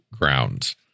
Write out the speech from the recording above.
grounds